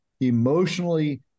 emotionally